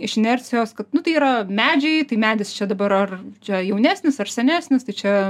iš inercijos kad nu tai yra medžiai tai medis čia dabar ar čia jaunesnis ar senesnis tai čia